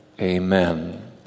Amen